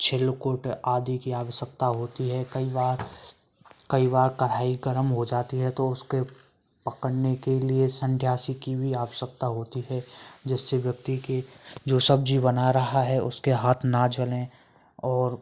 छिल्कुट आदि की आवश्यकता होती है कई बार कई बार कड़ाही गर्म हो जाती है तो उसके पकड़ने के लिए सन्डासी की भी आवश्यकता होती है जिससे व्यक्ति के जो सब्जी बना रहा है उसके हाथ ना जलें और